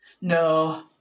No